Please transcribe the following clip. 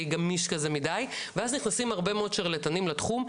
גמיש כזה מידי ואז נכנסים הרבה מאוד שרלטנים לתחום,